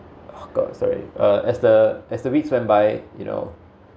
sorry uh as the as the weeks went by you know